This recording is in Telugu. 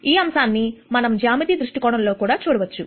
ఈ అంశాన్ని మనం జ్యామితి దృష్టికోణంతో కూడా చూడవచ్చు